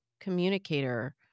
communicator